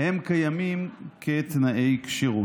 קיימים כתנאי כשירות.